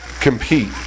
compete